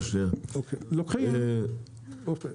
עובדים על עצמנו?